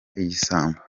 igisambo